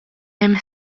hemm